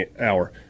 hour